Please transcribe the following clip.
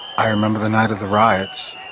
i remember the night of the riots,